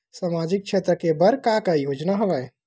सामाजिक क्षेत्र के बर का का योजना हवय?